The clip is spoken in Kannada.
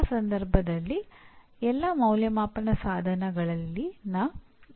ಆ ಸ್ಪಷ್ಟತೆಯನ್ನು ಸಾಧಿಸುವುದು ಹೇಗೆ